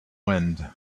wind